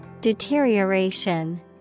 Deterioration